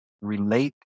relate